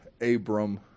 Abram